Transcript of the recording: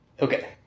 Okay